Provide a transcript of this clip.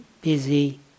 busy